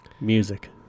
Music